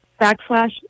backslash